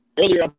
earlier